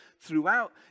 throughout